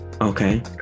Okay